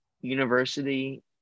university